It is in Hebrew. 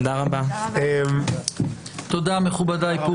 מכובדיי, תודה.